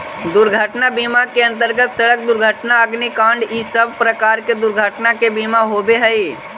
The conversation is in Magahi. दुर्घटना बीमा के अंतर्गत सड़क दुर्घटना अग्निकांड इ सब प्रकार के दुर्घटना के बीमा होवऽ हई